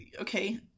okay